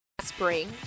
Spring